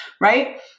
right